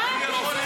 מה הקשר לנושא הזה?